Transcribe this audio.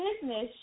business